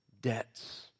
Debts